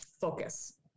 focus